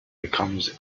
becomes